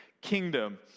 kingdom